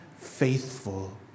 faithful